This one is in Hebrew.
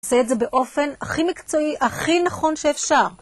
אני אעשה את זה באופן הכי מקצועי, הכי נכון שאפשר.